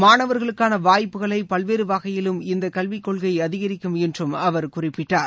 மாணவர்களுக்கான வாய்ப்புகளை பல்வேறு வகையிலும் இந்தக் கல்விக் கொள்கை அதிகரிக்கும் என்று அவர் குறிப்பிட்டார்